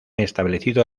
establecido